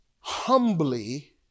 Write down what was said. Humbly